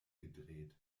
gedreht